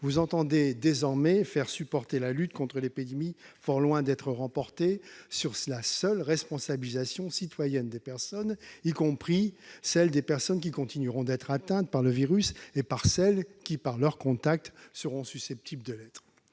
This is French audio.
monsieur le ministre, faire supporter la lutte contre l'épidémie, fort loin d'être remportée, sur la seule responsabilisation citoyenne des personnes, y compris celles qui continueront d'être atteintes par le virus et celles qui, par leurs contacts, seront susceptibles de l'être.